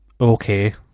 okay